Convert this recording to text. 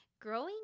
Growing